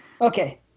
Okay